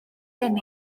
gen